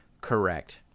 correct